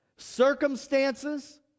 circumstances